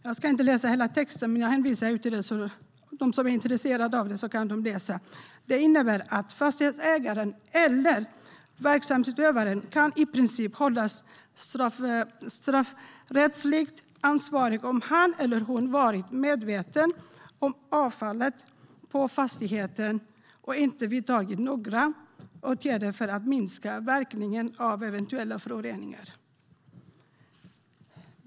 Jag ska inte läsa hela texten utan hänvisar intresserade till att läsa den. Det innebar att fastighetsägaren eller verksamhetsutövaren i princip kan hållas straffrättsligt ansvarig om han eller hon har varit medveten om avfallet på fastigheten och inte vidtagit några åtgärder för att minska verkningarna av eventuella föroreningar.